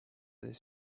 this